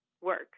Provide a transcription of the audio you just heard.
work